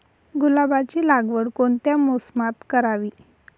गुलाबाची लागवड कोणत्या मोसमात करावी?